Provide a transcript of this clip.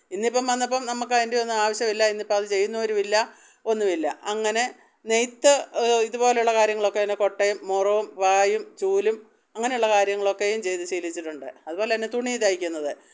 ഇന്ന് ഇപ്പം വന്നപ്പം നമ്മൾക്ക് അതിന്റെ ഒന്നും ആവിശ്യമില്ല ഇന്ന് ഇപ്പം അത് ചെയുന്നവരുമില്ല ഒന്നുമില്ല അങ്ങനെ നെയ്ത്ത് ഇതുപോലെയുള്ള കാര്യങ്ങളൊക്കെ പിന്നെ കൊട്ടയും മുറവും പായും ചൂലും അങ്ങനെയുള്ള കാര്യങ്ങളൊക്കെയും ചെയ്തു ശീലിച്ചിട്ടുണ്ട് അതുപോലെ തന്നെ തുണി തയ്ക്കുന്നത്